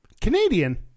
Canadian